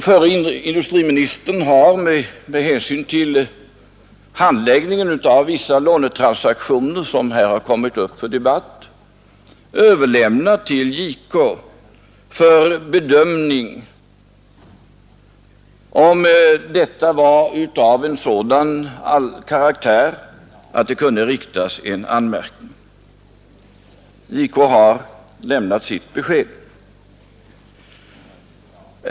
Förre industriministern har med hänsyn till handläggningen av vissa lånetransaktioner som här kommit upp till debatt överlämnat till JK att bedöma om dessa var av sådan karaktär att de kunde föranleda en anmärkning. JK har lämnat sitt besked.